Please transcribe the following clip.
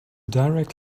direct